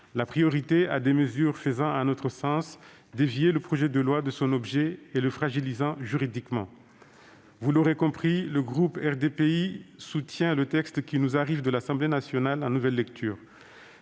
la priorité à des mesures faisant à notre sens dévier le projet de loi de son objet et le fragilisant juridiquement. Vous l'aurez compris, mes chers collègues, le groupe RDPI soutient le texte, tel qui nous arrive de l'Assemblée nationale en nouvelle lecture.